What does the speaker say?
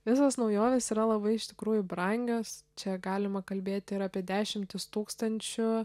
visos naujovės yra labai iš tikrųjų brangios čia galima kalbėt ir apie dešimtis tūkstančių